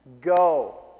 go